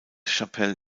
chapelle